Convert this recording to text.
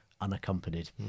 unaccompanied